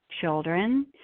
children